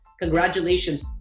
congratulations